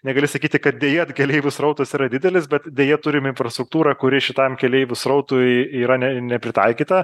negali sakyti kad dejad keleivių srautas yra didelis bet deja turim infrastruktūrą kuri šitam keleivių srautui yra ne nepritaikyta